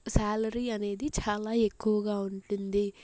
salary అనేది చాలా ఎక్కువగా ఉంటుంది